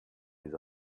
les